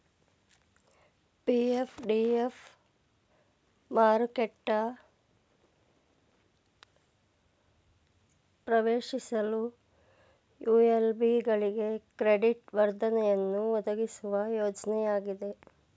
PF DF ಮಾರುಕೆಟ ಪ್ರವೇಶಿಸಲು ULB ಗಳಿಗೆ ಕ್ರೆಡಿಟ್ ವರ್ಧನೆಯನ್ನು ಒದಗಿಸುವ ಯೋಜ್ನಯಾಗಿದೆ